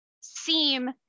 seem